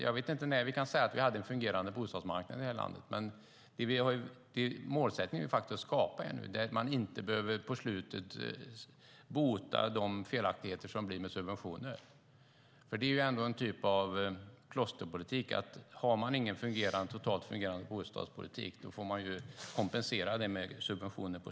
Jag vet inte när vi kan säga att vi senast hade en fungerande bostadsmarknad här i landet, men målsättningen nu är att skapa en där man inte efteråt behöver råda bot på felaktigheter med subventioner. Det är ju en typ av plåsterpolitik. Om man inte har en fungerande bostadspolitik får man kompensera det med subventioner.